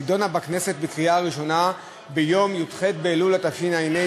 נדונה בכנסת ונתקבלה בקריאה ראשונה ביום י"ח באלול התשע"ה,